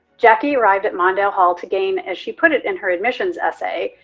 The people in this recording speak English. jackie arrived at mondale hall to gain, as she put it in her admissions essay,